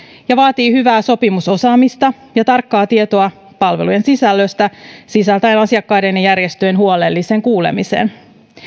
ja vaatii hyvää sopimusosaamista ja tarkkaa tietoa palvelujen sisällöstä sisältäen asiakkaiden ja järjestöjen huolellisen kuulemisen